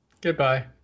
Goodbye